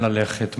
לאן ללכת.